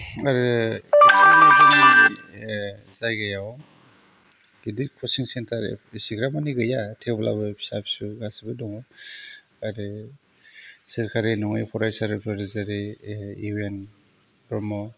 आरो जायगायाव गिदिर कचिं सेन्टार एसेग्राब माने गैया थेवब्लाबो फिसा फिसौ गासैबो दङ आरो सोरखारि नङै फरायसालिफोर जेरै इउ एन ब्रह्म